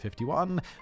51